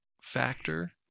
factor